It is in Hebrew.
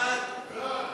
ההצעה